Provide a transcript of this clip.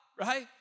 Right